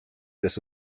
this